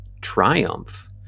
triumph